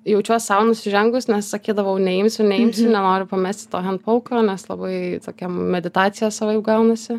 jaučiuos sau nusižengus nes sakydavau neimsiu neimsiu nenoriu pamesti to hend pauko nes labai tokia meditaciją savaip gaunasi